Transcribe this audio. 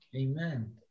Amen